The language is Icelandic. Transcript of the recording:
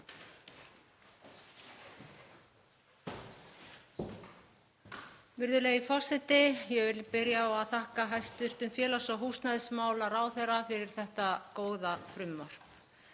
Virðulegi forseti. Ég vil byrja á að þakka hæstv. félags- og húsnæðismálaráðherra fyrir þetta góða frumvarp.